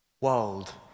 world